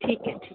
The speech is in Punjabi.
ਠੀਕ ਹੈ ਜੀ